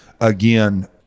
again